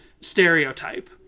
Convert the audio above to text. stereotype